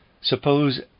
suppose